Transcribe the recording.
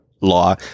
law